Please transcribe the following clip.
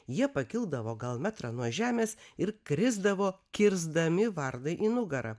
jie pakildavo gal metrą nuo žemės ir krisdavo kirsdami varnai į nugarą